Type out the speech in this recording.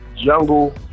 jungle